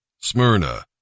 Smyrna